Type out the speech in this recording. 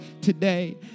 today